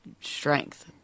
strength